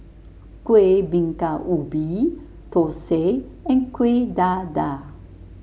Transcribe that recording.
Kuih Bingka Ubi thosai and Kuih Dadar